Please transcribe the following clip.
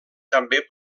també